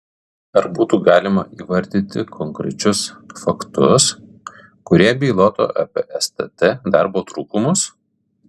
ar būtų galima įvardyti konkrečius faktus kurie bylotų apie stt darbo trūkumus